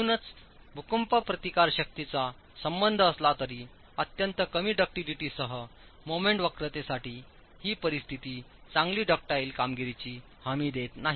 म्हणूनच भूकंप प्रतिकारशक्तीचा संबंध असला तरी अत्यंत कमी डक्टीलिटीसह मोमेंट वक्रतेसाठी ही परिस्थिती चांगली ड्युटाईल कामगिरीची हमी देत नाही